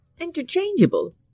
interchangeable